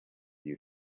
you